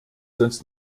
sonst